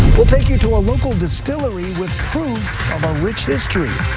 we'll take you to a local distillery with proof of a rich history.